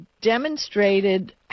demonstrated